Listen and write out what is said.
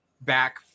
back